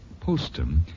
Postum